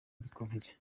mbikunze